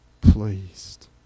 pleased